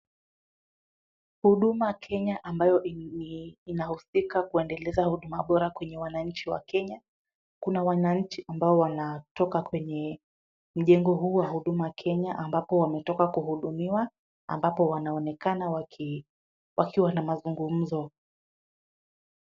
Huduma Kenya ambayo inahusika kuendeleza huduma bora kwenye wananchi wa Kenya. Kuna wananchi ambao wanatoka kwenye mjengo huo wa huduma Kenya ambapo wametoka kuhudumiwa ambapo wanaonekana wakiwa na mazungumzo.